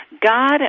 God